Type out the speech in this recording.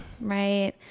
right